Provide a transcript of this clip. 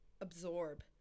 absorb